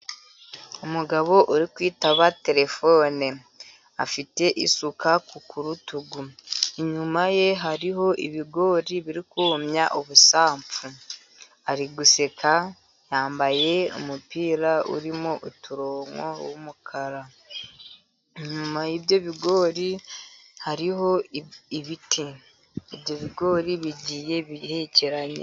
Umugabo uri kwitaba terefone afite isuka ku urutugu, inyuma ye hariho ibigori birikumya ubusampfu, ari guseka, yambaye umupira urimo uturongo w' umukara, inyuma y' ibyo bigori hariho ibiti. Ibigori bigiye bihekeranye.